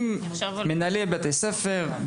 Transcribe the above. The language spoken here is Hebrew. עם מנהלי בתי ספר,